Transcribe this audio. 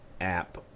app